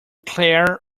claire